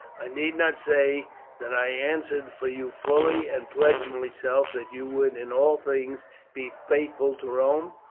i need not say that i answered for you fully, and pledged myself that you would in all things be faithful to rome,